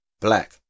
Black